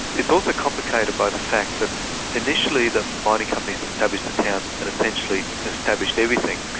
it's also complicated by the fact that initially the mining companies established the towns, and essentially established everything,